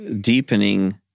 deepening